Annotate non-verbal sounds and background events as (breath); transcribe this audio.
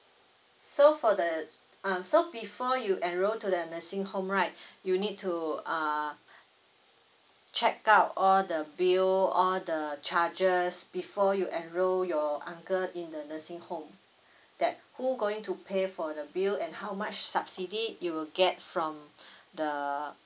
so for the um so before you enroll to the nursing home right (breath) you need to uh (breath) check out all the bill all the charges before you enroll your uncle in the nursing home (breath) that who going to pay for the bill and how much subsidy you will get from (breath) the